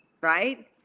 right